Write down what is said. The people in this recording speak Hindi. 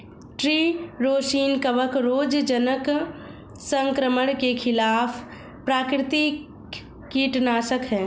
ट्री रोसिन कवक रोगजनक संक्रमण के खिलाफ प्राकृतिक कीटनाशक है